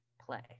Play